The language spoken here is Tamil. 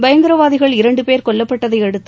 பயங்கரவாதிகள் இரண்டு பேர் கொல்லப்பட்டதையடுத்து